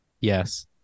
yes